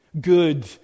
Good